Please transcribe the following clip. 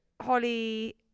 Holly